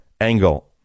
Angle